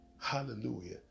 Hallelujah